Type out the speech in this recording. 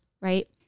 right